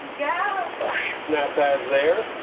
yeah snap pads there.